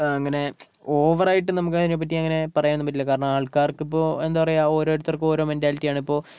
അങ്ങനെ ഓവറായിട്ട് നമുക്കതിനെ പറ്റി അങ്ങനെ പറയാനൊന്നും പറ്റില്ല കാരണം ആൾക്കാർക്കിപ്പോൾ എന്താ പറയുക ഓരോരുത്തർക്ക് ഓരോ മെൻറ്റാലിറ്റിയാണ് ഇപ്പോൾ